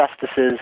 justices